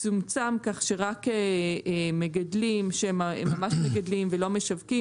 צומצם כך שרק מגדלים שהם ממש מגדלים ולא משווקים,